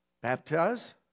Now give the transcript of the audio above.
baptize